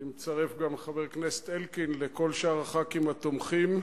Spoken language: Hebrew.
אני מצרף גם את חבר הכנסת אלקין לכל שאר חברי הכנסת התומכים.